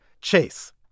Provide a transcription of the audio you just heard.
Chase